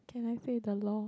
can I say the law